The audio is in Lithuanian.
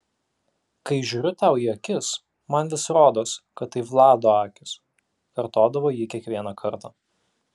kai žiūriu tau į akis man vis rodos kad tai vlado akys kartodavo ji kiekvieną kartą